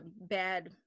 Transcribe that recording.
bad